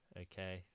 okay